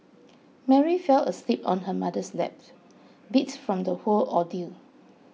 Mary fell asleep on her mother's lap beat from the whole ordeal